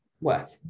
work